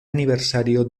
aniversario